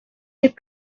les